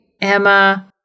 Emma